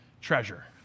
treasure